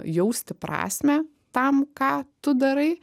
jausti prasmę tam ką tu darai